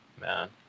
Man